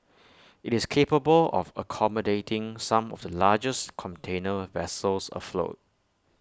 IT is capable of accommodating some of the largest container vessels afloat